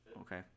Okay